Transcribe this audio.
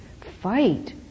fight